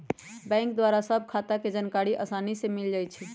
bank द्वारा सभ खता के जानकारी असानी से मिल जाइ छइ